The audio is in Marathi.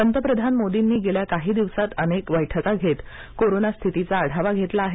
पंतप्रधान मोर्दीनी गेल्या काही दिवसांत अनेक बैठका घेत कोरोना स्थितीचा आढावा घेतला आहे